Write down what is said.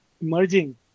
emerging